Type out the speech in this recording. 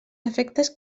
efectes